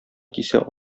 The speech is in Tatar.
кисә